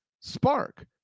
spark